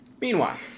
Meanwhile